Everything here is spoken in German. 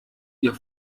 ihr